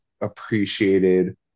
appreciated